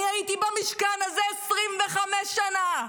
אני הייתי במשכן הזה 25 שנה.